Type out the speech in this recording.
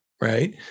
Right